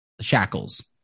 Shackles